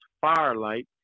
firelight